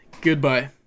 goodbye